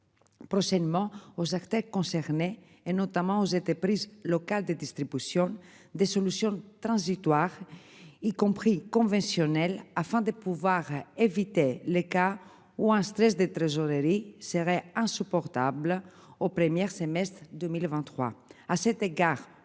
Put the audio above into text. aux acteurs concernés et notamment étais prise local de distribution des solutions transitoires, y compris conventionnelle afin de pouvoir éviter les cas où un stress de trésorerie serait insupportable au première semestre 2023.